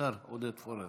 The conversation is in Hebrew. השר עודד פורר.